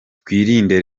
twirinde